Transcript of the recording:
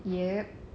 yup